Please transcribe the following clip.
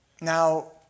Now